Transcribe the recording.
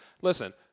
Listen